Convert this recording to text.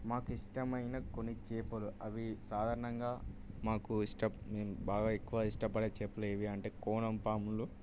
మాకు ఇష్టమైన కొన్ని చేపలు అవి సాధారణంగా మాకు ఇష్టం మేము బాగా ఎక్కువ ఇష్టపడే చేపలు ఏవి అంటే కోనంపాములు